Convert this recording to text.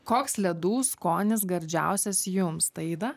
koks ledų skonis gardžiausias jums taida